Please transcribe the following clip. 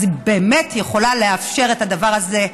באמת יכולה לאפשר את הדבר הזה,